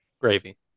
Gravy